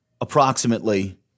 approximately